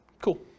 Cool